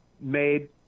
made